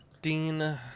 Dean